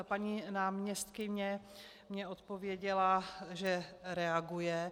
Paní náměstkyně mi odpověděla, že reaguje.